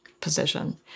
position